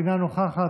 אינה נוכחת,